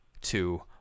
two